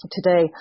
Today